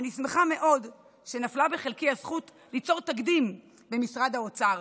אני שמחה מאוד שנפלה בחלקי הזכות ליצור תקדים במשרד האוצר,